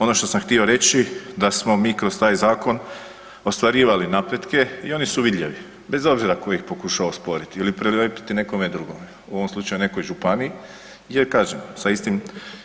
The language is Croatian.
Ono što sam htio reći da smo mi kroz taj zakon ostvarivali napretke i oni su vidljivi bez obzira ko ih pokušao osporiti ili priljepiti nekome drugome, u ovom slučaju nekoj županiji jer kažem sa istim